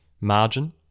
Margin